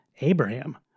Abraham